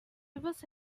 você